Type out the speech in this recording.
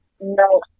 No